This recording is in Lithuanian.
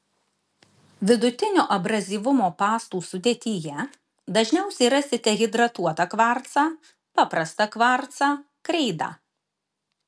vidutinio abrazyvumo pastų sudėtyje dažniausiai rasite hidratuotą kvarcą paprastą kvarcą kreidą